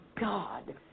God